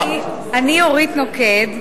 אורית נוקד,